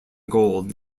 gold